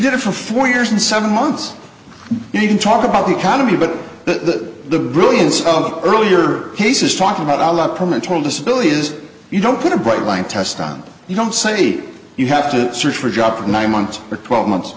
did it for four years and seven months you can talk about the economy but that the brilliance of earlier cases talking about i love her mental disability is you don't put a bright line test on you don't say you have to search for a job nine months or twelve months